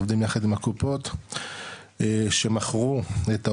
עובדים יחד עם הקופות שמכרו את האופיאטים,